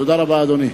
תודה רבה, אדוני.